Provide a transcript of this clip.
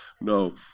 no